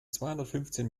zweihundertfünfzehn